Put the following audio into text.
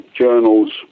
journals